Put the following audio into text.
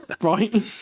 right